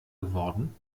geworden